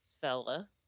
fella